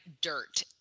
dirt